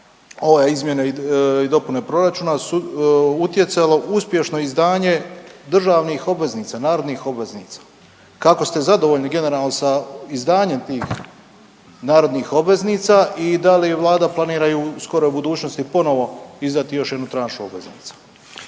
ove izmjene dopune proračuna utjecalo uspješno izdanje državnih obveznica, narodnih obveznica? Kako ste zadovoljni generalno sa izdanjem tih narodnih obveznica i da li Vlada planira i u skoroj budućnosti ponovo izdati još tranšu obveznica?